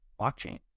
blockchain